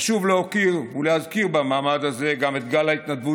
חשוב להוקיר ולהזכיר במעמד הזה גם את גל ההתנדבות